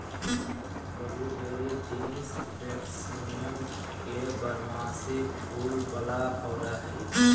blueberry genus Vaccinium के बारहमासी फूल वला पौधा हइ